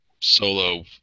solo